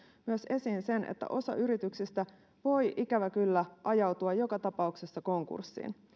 esiin myös sen että osa yrityksistä voi ikävä kyllä ajautua joka tapauksessa konkurssiin